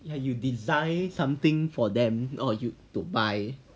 you you design something for them to buy